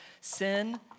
sin